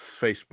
Facebook